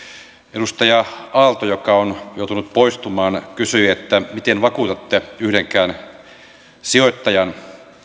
edustaja aalto joka on joutunut poistumaan kysyi miten vakuutatte yhdenkään sijoittajan